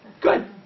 Good